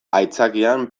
aitzakian